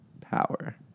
power